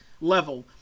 level